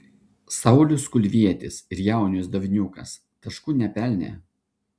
saulius kulvietis ir jaunius davniukas taškų nepelnė